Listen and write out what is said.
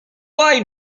lie